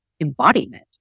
embodiment